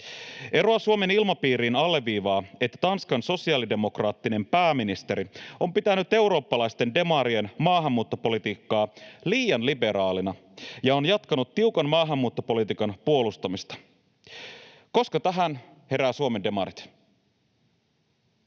Eroa Suomen ilmapiiriin alleviivaa, että Tanskan sosiaalidemokraattinen pääministeri on pitänyt eurooppalaisten demarien maahanmuuttopolitiikkaa liian liberaalina ja on jatkanut tiukan maahanmuuttopolitiikan puolustamista. Koska tähän heräävät Suomen demarit?